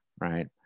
right